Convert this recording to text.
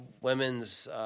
women's –